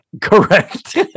Correct